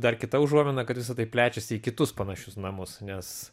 dar kita užuomina kad visa tai plečiasi į kitus panašius namus nes